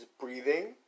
breathing